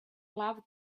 loved